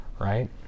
right